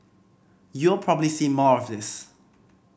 you'll probably see more of this